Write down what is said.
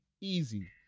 easy